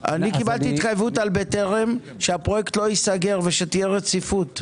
בטרם שהפרויקט לא ייסגר ושתהיה רציפות.